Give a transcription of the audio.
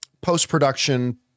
post-production